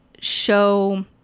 show